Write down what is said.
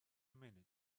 minute